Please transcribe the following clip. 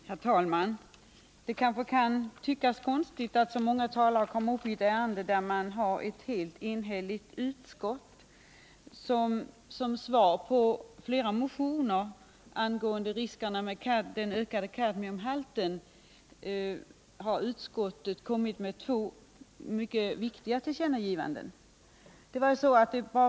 Herr talman! Det kanske kan tyckas konstigt att så många talare kommer upp i ett ärende där vi har ett helt enhälligt utskott. Som svar på flera motioner angående riskerna med den ökade kadmiumhalten har utskottet gjort två mycket viktiga tillkännagivanden.